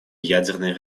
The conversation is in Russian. ядерной